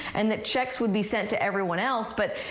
and this checks would be sent to everyone else. but